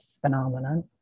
phenomenon